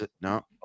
No